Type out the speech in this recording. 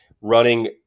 running